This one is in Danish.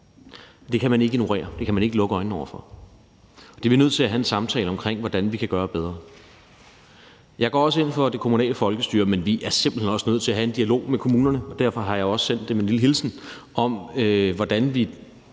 Det kan man ikke ignorere. Det kan man ikke lukke øjnene for. Det er vi nødt til at have en samtale omkring hvordan vi gør bedre. Jeg går også ind for det kommunale folkestyre, men vi er simpelt hen også nødt til at have en dialog med kommunerne, og derfor har jeg jo også sendt dem en lille hilsen, om, hvordan vi